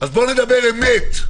אז בואו נדבר אמת.